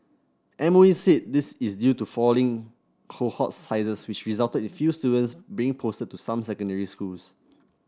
M O E said this is due to falling cohort sizes which resulted in fewer students being posted to some secondary schools